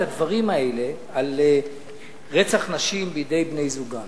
הדברים האלה על רצח נשים בידי בני-זוגן.